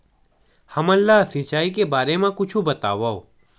हमन ला सिंचाई के बारे मा कुछु बतावव?